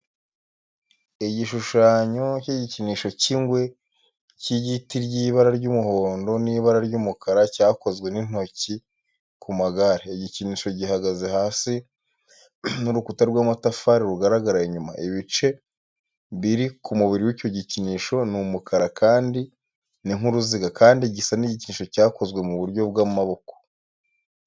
Igishushanyo cy'igikinisho cy'ingwe cy'igiti cy'ibara ry'umuhondo n'ibara ry'umukara cyakozwe n'intoki ku magare. Igikinisho gihagaze hasi n'urukuta rw'amatafari rugaragara inyuma. Ibice biri ku mubiri w'icyo gikinisho ni umukara kandi ni nk'uruziga, kandi gisa n'igikinisho cyakozwe mu buryo bw'amaboko.